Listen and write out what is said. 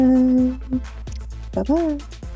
Bye-bye